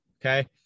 okay